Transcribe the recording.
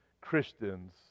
Christians